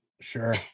Sure